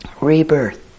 rebirth